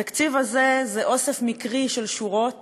התקציב הזה זה אוסף מקרי של שורות